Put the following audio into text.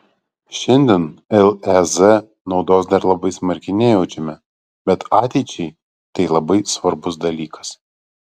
šiandien lez naudos dar labai smarkiai nejaučiame bet ateičiai tai labai svarbus dalykas